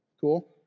Cool